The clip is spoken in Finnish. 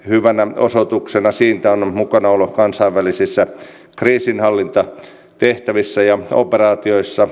hyvänä osoituksena siitä on mukanaolo kansainvälisissä kriisinhallintatehtävissä ja operaatioissa